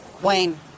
Wayne